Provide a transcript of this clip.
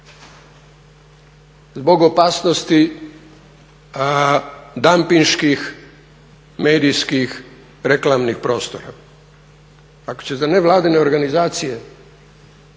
zbog opasnosti dampinških medijskih reklamnih prostora. Ako će za nevladine organizacije